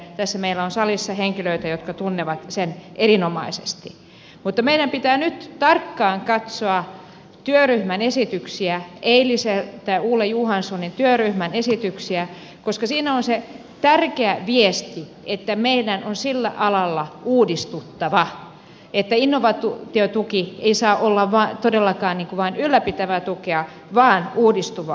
tässä meillä on salissa henkilöitä jotka tuntevat sen erinomaisesti mutta meidän pitää nyt tarkkaan katsoa työryhmän esityksiä eilisiä ole johanssonin työryhmän esityksiä koska siinä on se tärkeä viesti että meidän on sillä alalla uudistuttava että innovaatiotuki ei saa olla todellakaan vain ylläpitävää tukea vaan uudistuvaa tukea